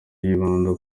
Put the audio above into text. yibanda